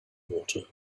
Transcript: water